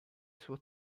suo